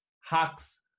hacks